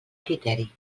criteri